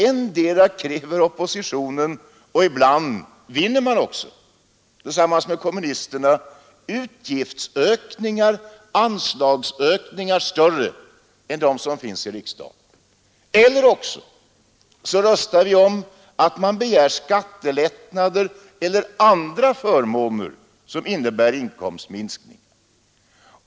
Endera kräver oppositionen — och de vinner ibland voteringarna tillsammans med kommunisterna — anslag större än dem som finns i riksstaten eller också röstar vi om begärda skattelättnader eller andra förmåner, som innebär inkomstminskningar för staten.